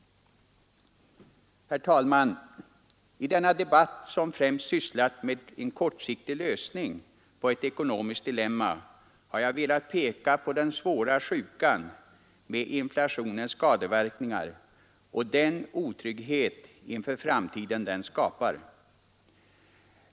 Herr talman! I denna debatt, som främst sysslat med en kortsiktig lösning på ett ekonomiskt dilemma, har jag velat peka på den svåra sjukan med inflationens skadeverkningar och den otrygghet inför framtiden som den skapar.